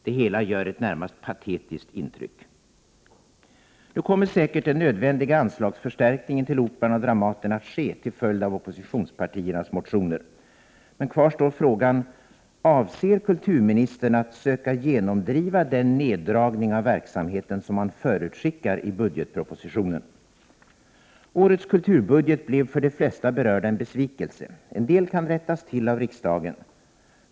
Det hela gör ett närmast patetiskt intryck. Nu kommer säkert den nödvändiga anslagsförstärkningen till Operan och Dramaten att ske till följd av oppositionspartiernas motioner. Men kvar står frågan: Avser kulturministern att söka genomdriva den neddragning av verksamheten som han förutskickar i budgetpropositionen? Årets kulturbudget blev för de flesta berörda en besvikelse. En del kan rättas till av riksdagen.